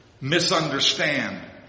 misunderstand